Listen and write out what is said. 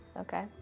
Okay